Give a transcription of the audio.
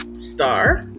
Star